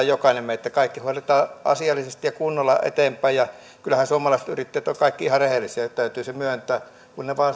jokainen meistä haluaa että kaikki hoidetaan asiallisesti ja kunnolla eteenpäin kyllähän suomalaiset yrittäjät ovat kaikki ihan rehellisiä täytyy se myöntää kun vain se